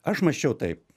aš mačiau taip